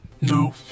No